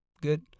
good